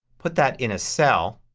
put that in a cell